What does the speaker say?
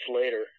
later